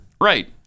right